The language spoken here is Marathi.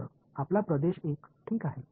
तर आपला प्रदेश 1 ठीक आहे